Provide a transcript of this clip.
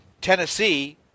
Tennessee